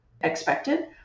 expected